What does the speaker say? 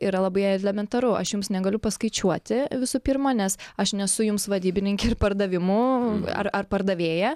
yra labai elementaru aš jums negaliu paskaičiuoti visų pirma nes aš nesu jums vadybininkė ir pardavimų ar ar pardavėja